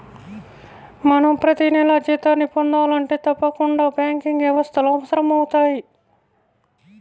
మనం ప్రతినెలా జీతాన్ని పొందాలంటే తప్పకుండా బ్యాంకింగ్ వ్యవస్థలు అవసరమవుతయ్